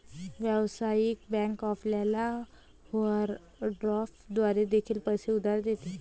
व्यावसायिक बँक आपल्याला ओव्हरड्राफ्ट द्वारे देखील पैसे उधार देते